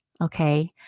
Okay